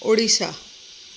Odisha